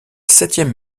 septième